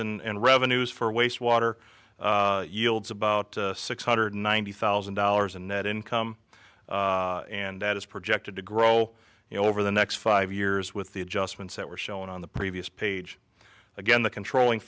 and revenues for waste water yields about six hundred ninety thousand dollars in net income and that is projected to grow you know over the next five years with the adjustments that were shown on the previous page again the controlling